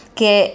che